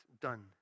done